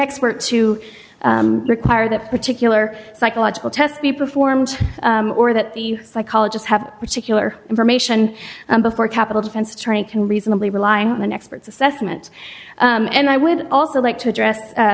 expert to require that particular psychological test be performed or that the psychologist have particular information before capital defense attorney can reasonably relying on an expert's assessment and i would also like to address